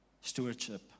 stewardship